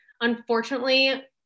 unfortunately